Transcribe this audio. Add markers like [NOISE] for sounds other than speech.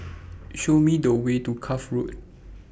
[NOISE] Show Me The Way to Cuff Road